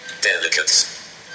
delicates